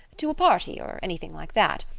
to a party or anything like that.